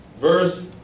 Verse